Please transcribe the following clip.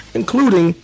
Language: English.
including